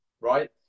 right